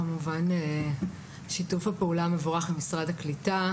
כמובן שיש שיתוף פעולה מבורך עם משרד הקליטה,